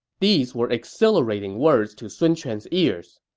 these were exhilarating words to sun quan's ears.